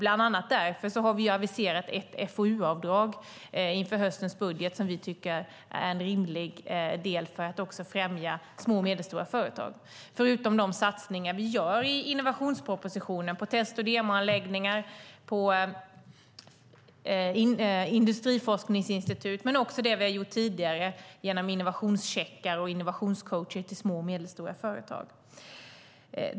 Bland annat därför har vi aviserat ett FoU-avdrag inför höstens budget som vi tycker är rimligt för att främja små och medelstora företag, förutom de satsningar vi gör i innovationspropositionen på test och demoanläggningar, industriforskningsinstitut och det vi har gjort tidigare genom innovationscheckar och innovationscoacher till små och medelstora företag.